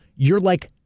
you're like,